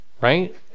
right